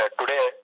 today